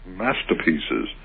masterpieces